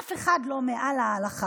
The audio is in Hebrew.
אף אחד לא מעל להלכה,